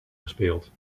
gespeeld